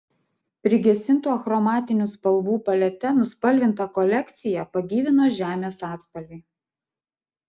prigesintų achromatinių spalvų palete nuspalvintą kolekciją pagyvino žemės atspalviai